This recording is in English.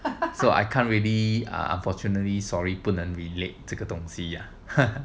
so I can't really are unfortunately sorry 不能 relate 这个东西 ya